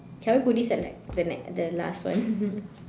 can I put this at like the ne~ the last one